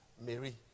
mary